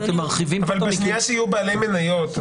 כי אתם מרחיבים --- אבל בשנייה שיהיו בעלי מניות,